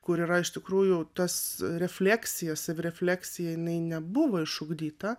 kur yra iš tikrųjų tas refleksija savirefleksija jinai nebuvo išugdyta